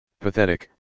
pathetic